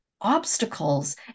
obstacles